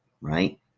right